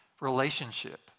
relationship